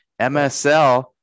MSL